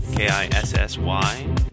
K-I-S-S-Y